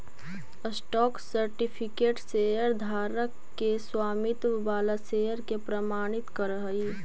stock certificate शेयरधारक के स्वामित्व वाला शेयर के प्रमाणित करऽ हइ